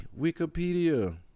Wikipedia